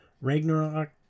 ragnarok